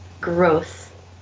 growth